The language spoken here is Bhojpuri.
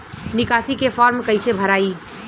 निकासी के फार्म कईसे भराई?